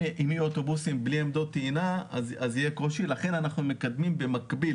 אם יהיו אוטובוסים בלי עמדות טעינה יהיה קושי לכן אנחנו מקדמים במקביל